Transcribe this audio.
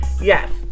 yes